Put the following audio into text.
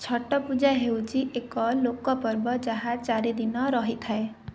ଛଟ୍ ପୂଜା ହେଉଛି ଏକ ଲୋକ ପର୍ବ ଯାହା ଚାରି ଦିନ ରହିଥାଏ